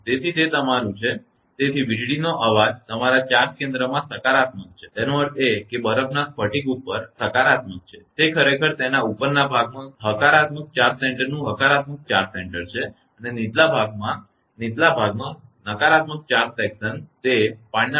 તેથી તે તમારું છે તેથી વીજળીનો અવાજ તમારા ચાર્જ કેન્દ્રમાં સકારાત્મક છે તેનો અર્થ એ કે તે બરફના સ્ફટિક ઉપર સકારાત્મક છે તે ખરેખર તેના ઉપરના ભાગમાં હકારાત્મક ચાર્જ સેન્ટરનું હકારાત્મક ચાર્જ સેન્ટર છે અને નીચલા વિભાગના નીચલા વિભાગમાં નકારાત્મક ચાર્જ સેક્શન તે પાણીના ડ્રોપ કરે છે